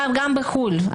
גם בחו"ל.